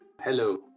Hello